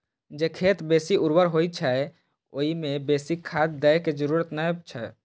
जे खेत बेसी उर्वर होइ छै, ओइ मे बेसी खाद दै के जरूरत नै छै